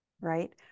right